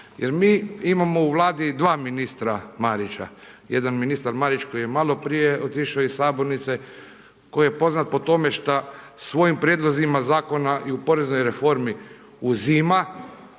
Jer mi imamo u Vladi dva ministra Marića, jedan ministar Marić koji je maloprije otišao iz sabornice koji je poznat po tome šta svojim prijedlozima zakona i u poreznoj reformi uzima